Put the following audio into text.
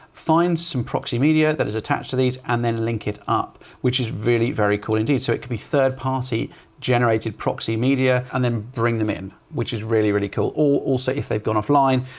find some proxy media that is attached to these and then link it up, which is really very cool indeed. so it can be third party generated proxy media and then bring them in, which is really, really cool. also, if they've gone offline,